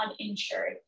uninsured